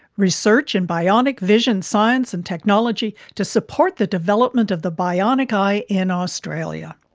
research in bionic vision science and technology to support the development of the bionic eye in australia.